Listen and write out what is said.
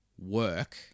work